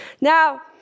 Now